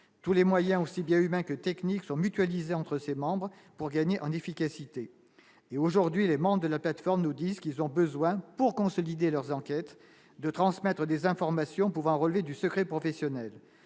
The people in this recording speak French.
tous les moyens, aussi bien humains que techniques sont mutualisés entre ses membres pour gagner en efficacité et aujourd'hui les membres de la plateforme nous disent qu'ils ont besoin pour consolider leurs enquêtes de transmettre des informations pouvant relever du secret professionnel,